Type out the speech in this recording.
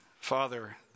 Father